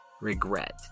regret